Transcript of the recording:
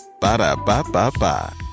Ba-da-ba-ba-ba